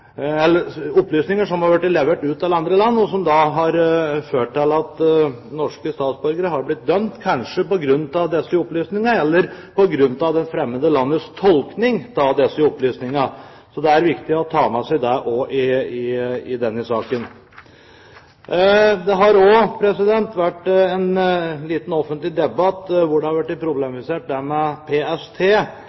har vært levert ut til andre land, og som har ført til at norske statsborgere har blitt dømt, kanskje på grunn av disse opplysningene eller på grunn av det fremmede landets tolkning av disse opplysningene. Det er viktig å ta med seg det også i denne saken. Det har også vært en liten, offentlig debatt hvor det har blitt problematisert at PST